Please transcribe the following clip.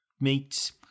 meats